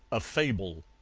a fable